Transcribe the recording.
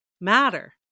matter